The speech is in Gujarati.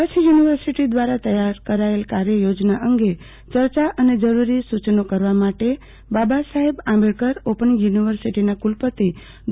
કરછ યુનિવર્સીટી દ્વારા તૈયાર કરાયેલ કાર્ય યોજના અંગે યર્ચા અને જરૂરી સૂચનો કરવા માટે બાબા સાહેબ આંબેડકર ઓપન યુનિવર્સીટીનાં કુલપતિ ડો